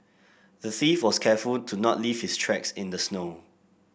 the thief was careful to not leave his tracks in the snow